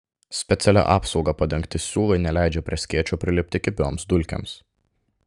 specialia apsauga padengti siūlai neleidžia prie skėčio prilipti kibioms dulkėms